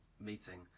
meeting